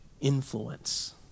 influence